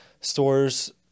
stores